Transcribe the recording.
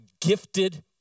gifted